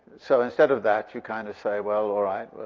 so instead of that, you kind of say, well, all right,